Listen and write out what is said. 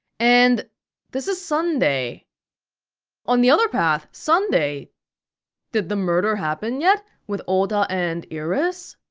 and this is sunday on the other path, sunday did the murder happen yet, with ota and iris?